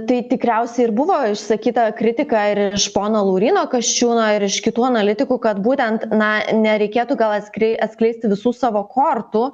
tai tikriausiai ir buvo išsakyta kritika ir iš pono lauryno kasčiūno ir iš kitų analitikų kad būtent na nereikėtų gal atskrei atskleisti visų savo kortų